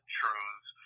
truths